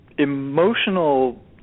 Emotional